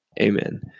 amen